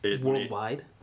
Worldwide